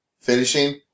finishing